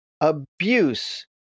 abuse